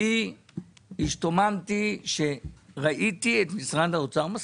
אני השתוממתי כשראיתי את משרד האוצר מסכים.